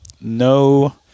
No